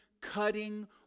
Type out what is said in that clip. cutting